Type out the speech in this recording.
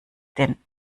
denn